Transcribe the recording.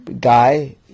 guy